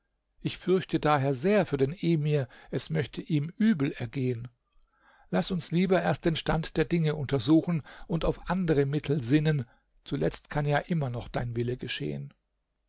ich fürchte daher sehr für den emir es möchte ihm übel gehen laß uns lieber erst den stand der dinge untersuchen und auf andere mittel sinnen zuletzt kann ja immer noch dein wille geschehen